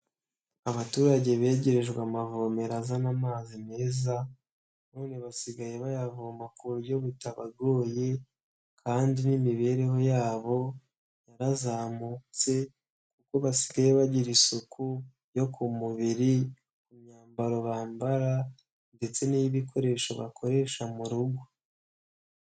Abaturage begerejwe amavomero azana amazi meza, none basigaye bayavoma ku buryo butabagoye, kandi n'imibereho yabo yarazamutse kuko basigaye bagira isuku yo ku mubiri, imyambaro bambara ndetse n'iy'ibikoresho bakoresha mu rugo.